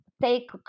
take